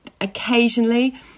Occasionally